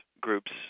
groups